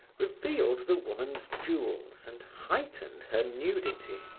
revealed the woman's jewels and heightened her nudity.